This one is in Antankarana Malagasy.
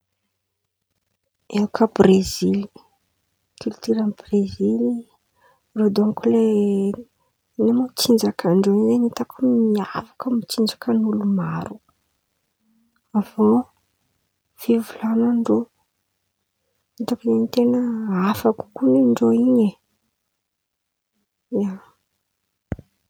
Eo kà Brezily, kilitioran̈y Brezily irô dônko le ino moa tsinjakandreo in̈y itako miavaka amy tsinjakan'olo maro. Avy eo fivolan̈andreo itako zen̈y ten̈a hafa kokoa nindreo in̈y e, ia.